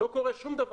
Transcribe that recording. לא קורה שום דבר,